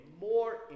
more